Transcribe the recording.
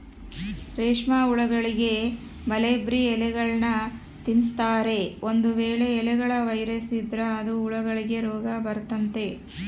ರೇಷ್ಮೆಹುಳಗಳಿಗೆ ಮಲ್ಬೆರ್ರಿ ಎಲೆಗಳ್ನ ತಿನ್ಸ್ತಾರೆ, ಒಂದು ವೇಳೆ ಎಲೆಗಳ ವೈರಸ್ ಇದ್ರ ಅದು ಹುಳಗಳಿಗೆ ರೋಗಬರತತೆ